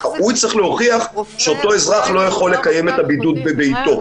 הוא יצטרך להוכיח שאותו אזרח לא יכול לקיים את הבידוד בביתו.